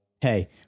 Hey